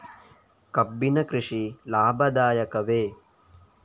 ಕಬ್ಬಿನ ಕೃಷಿ ಲಾಭದಾಯಕವೇ?